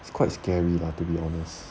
it's quite scary lah to be honest